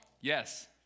Yes